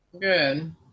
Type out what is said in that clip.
Good